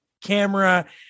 camera